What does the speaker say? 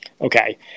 okay